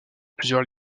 plusieurs